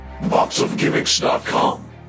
Boxofgimmicks.com